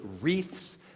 wreaths